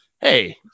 hey